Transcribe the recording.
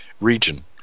region